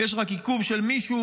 יש רק עיכוב של מישהו,